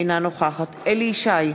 אינה נוכחת אליהו ישי,